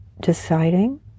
deciding